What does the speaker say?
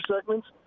segments